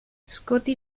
scotty